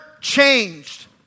changed